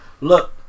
look